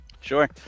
Sure